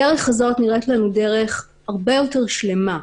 הדרך הזאת נראית לנו דרך הרבה יותר שלמה,